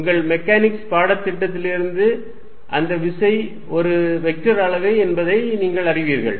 உங்கள் மெக்கானிக்ஸ் பாடத்திட்டத்திலிருந்து அந்த விசை ஒரு வெக்டர் அளவை என்பதை நீங்கள் அறிவீர்கள்